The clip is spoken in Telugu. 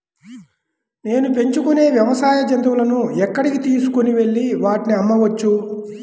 నేను పెంచుకొనే వ్యవసాయ జంతువులను ఎక్కడికి తీసుకొనివెళ్ళి వాటిని అమ్మవచ్చు?